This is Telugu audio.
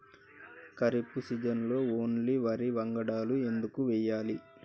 ఖరీఫ్ సీజన్లో ఓన్లీ వరి వంగడాలు ఎందుకు వేయాలి?